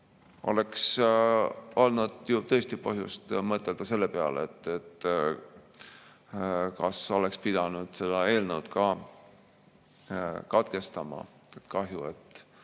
oleks olnud tõesti põhjust mõtelda selle peale, kas oleks pidanud selle eelnõu katkestama. Kahju, et